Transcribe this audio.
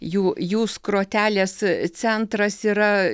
jų jų skrotelės centras yra